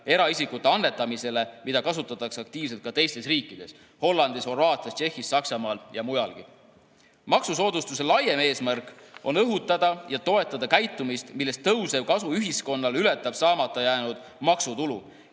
eraisikute annetamisele, mida kasutatakse aktiivselt ka teistes riikides, näiteks Hollandis, Horvaatias, Tšehhis, Saksamaal ja mujalgi. Maksusoodustuse laiem eesmärk on õhutada ja toetada käitumist, millest tõusev kasu ühiskonnale ületab saamata jäänud maksutulu.